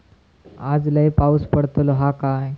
आज लय पाऊस पडतलो हा काय?